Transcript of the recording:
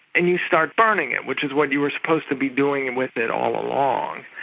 and you start burning it, which is what you were supposed to be doing and with it all along.